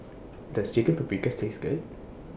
Does Chicken Paprikas Taste Good